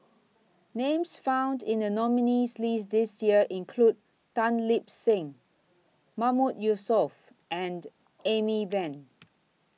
Names found in The nominees' list This Year include Tan Lip Seng Mahmood Yusof and Amy Van